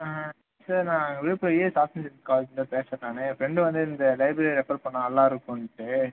ஆ sir நான் Villupuram AS ஆஃபிஸ்லேருந்து call பண்ணி பேசுறேன் நானு என் ஃப்ரண்டு வந்து இந்த லைப்ரரியை ரெஃபர் பண்ணிணான் நல்லாருக்குன்னுட்டு